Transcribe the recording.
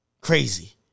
Crazy